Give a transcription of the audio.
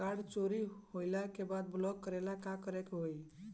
Card चोरी होइला के बाद ब्लॉक करेला का करे के होई?